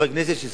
מקדימה,